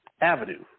avenue